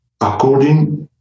according